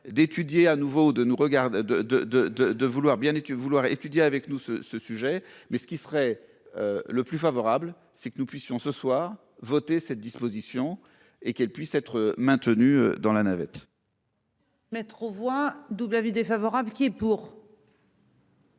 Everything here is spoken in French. de vouloir bien et tu vouloir étudier avec nous ce ce sujet mais ce qui serait. Le plus favorable, c'est que nous puissions ce soir voter cette disposition et qu'elle puisse être maintenu dans la navette.-- Métro voit double avis défavorable qui est pour.